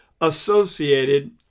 associated